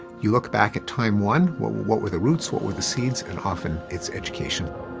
you look back at time one, what were what were the roots, what were the seeds? and often it's education.